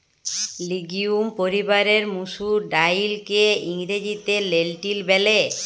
legume পরিবারের মসুর ডাইলকে ইংরেজিতে লেলটিল ব্যলে